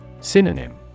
Synonym